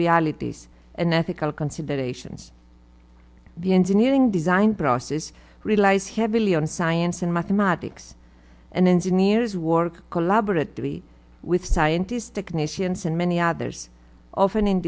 realities and ethical considerations the engineering design process relies heavily on science and mathematics and engineers work collaboratively with scientists technicians and many others often in